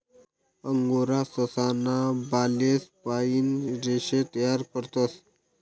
angora ससा ना बालेस पाइन रेशे तयार करतस